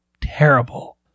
terrible